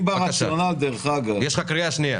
אם ברציונל --- אני קורא אותך לסדר בפעם השנייה.